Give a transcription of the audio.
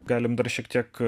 galim dar šiek tiek